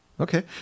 okay